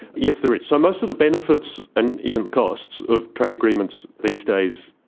yes, there is. so most of the benefits and even the costs of trade agreements these days,